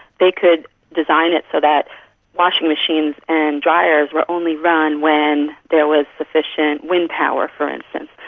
they could design it so that washing machines and dryers were only run when there was sufficient wind power, for instance.